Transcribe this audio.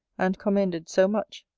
and commended so much.